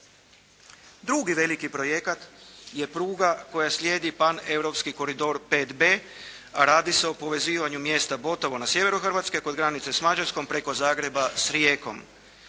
Drugi veliki projekata je pruga koja slijedi paneuropski koridor 5B, a radi se o povezivanju mjesta Botovo na sjeveru Hrvatske kod granice sa Mađarskom preko Zagreba s Rijekom.